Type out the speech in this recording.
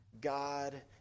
God